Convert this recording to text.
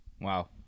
wow